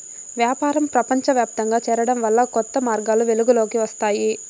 వ్యాపారం ప్రపంచవ్యాప్తంగా చేరడం వల్ల కొత్త మార్గాలు వెలుగులోకి వస్తాయి